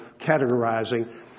categorizing